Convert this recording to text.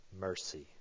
mercy